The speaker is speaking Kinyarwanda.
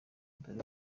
dore